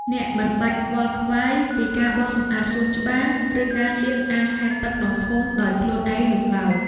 អ្នកមិនបាច់ខ្វល់ខ្វាយពីការបោសសម្អាតសួនច្បារ ឬការលាងអាងហែលទឹកដ៏ធំដោយខ្លួនឯងនោះឡើយ។